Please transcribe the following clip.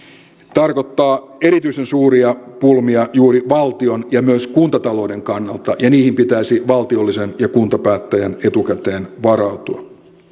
tarkoittaa erityisen suuria pulmia juuri valtion ja myös kuntatalouden kannalta ja niihin pitäisi valtiollisen ja kuntapäättäjän etukäteen varautua